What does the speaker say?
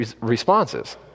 responses